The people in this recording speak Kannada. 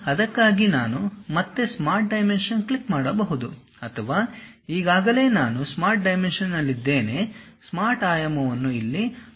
ಅದಕ್ಕಾಗಿ ನಾನು ಮತ್ತೆ ಸ್ಮಾರ್ಟ್ ಡೈಮೆನ್ಷನ್ ಕ್ಲಿಕ್ ಮಾಡಬಹುದು ಅಥವಾ ಈಗಾಗಲೇ ನಾನು ಸ್ಮಾರ್ಟ್ ಡೈಮೆನ್ಷನ್ನಲ್ಲಿದ್ದೇನೆ Smart Dimension ಸ್ಮಾರ್ಟ್ ಆಯಾಮವನ್ನು ಇಲ್ಲಿ ಹೈಲೈಟ್ ಮಾಡಲು ಕಾರಣವಾಗಿದೆ